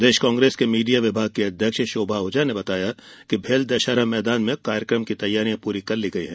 प्रदेश कांग्रेस के मीडिया विभाग की अध्यक्ष शोभा ओझा ने बताया कि भेल दशहरा मैदान में कार्यक्रम की पूरी तैयारी हो गई है